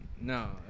No